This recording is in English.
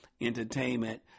entertainment